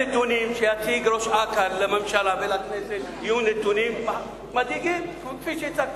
הנתונים שיציג ראש אכ"א לממשלה ולכנסת יהיו נתונים מדאיגים כפי שהצגת.